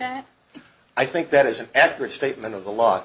that i think that is an accurate statement of the law